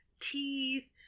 teeth